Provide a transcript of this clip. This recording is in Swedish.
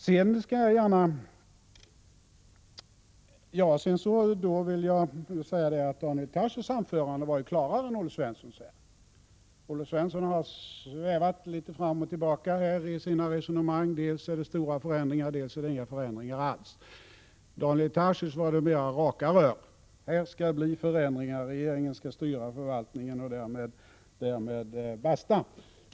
Sedan vill jag säga att Daniel Tarschys var klarare än Olle Svensson. Olle Svensson har svävat litet fram och tillbaka i sitt resonemang. Dels är det stora förändringar, dels är det inga förändringar alls. För Daniel Tarschys var det mera raka rör. Det skall bli förändringar. Regeringen skall styra förvaltningen och därmed basta.